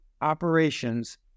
operations